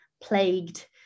plagued